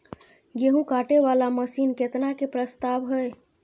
गेहूँ काटे वाला मशीन केतना के प्रस्ताव हय?